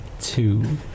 two